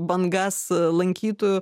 bangas lankytojų